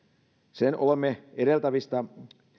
sen olemme edeltävistä